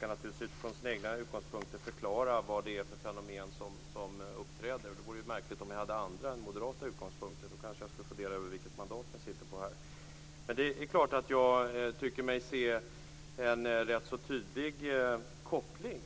naturligtvis utifrån sina egna utgångspunkter försöka förklara vad det är för fenomen som uppträder. Det vore märkligt om jag hade andra än moderata utgångspunkter. Då kanske jag skulle fundera över vilket mandat jag sitter på här i riksdagen. Det är klart att jag tycker mig se en rätt tydlig koppling.